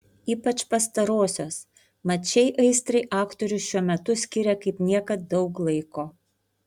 ypač pastarosios mat šiai aistrai aktorius šiuo metu skiria kaip niekad daug laiko